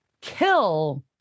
kill